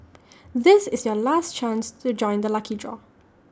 this is your last chance to join the lucky draw